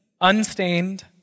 unstained